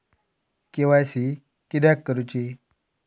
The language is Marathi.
के.वाय.सी किदयाक करूची?